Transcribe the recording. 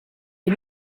des